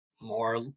more